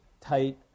tight